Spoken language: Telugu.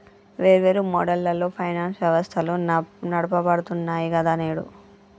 వేర్వేరు మోడళ్లలో ఫైనాన్స్ వ్యవస్థలు నడపబడుతున్నాయి గదా నేడు